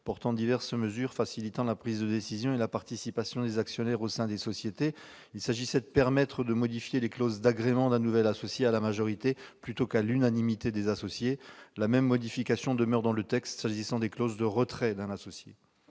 portant diverses mesures facilitant la prise de décision et la participation des actionnaires au sein des sociétés. Il s'agissait de permettre de modifier les clauses d'agrément d'un nouvel associé à la majorité plutôt qu'à l'unanimité des associés. La même modification demeure dans le texte pour ce qui concerne les clauses de retrait d'un associé.